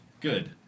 Good